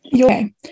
Okay